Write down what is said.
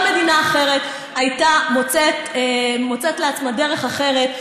מדינה אחרת הייתה מוצאת לעצמה דרך אחרת,